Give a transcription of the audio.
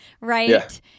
right